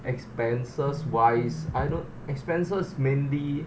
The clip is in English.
expenses wise I don't expenses mainly